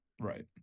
right